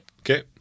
Okay